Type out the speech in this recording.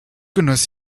genoss